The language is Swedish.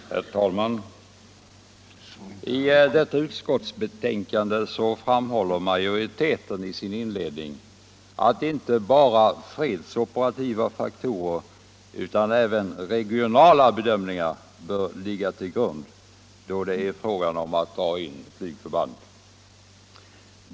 Herr talman! I detta utskottsbetänkande framhåller majoriteten i sin inledning att inte bara fredsoperativa faktorer utan även regionala bedömningar bör ligga till grund då det är fråga om att dra in flygförband.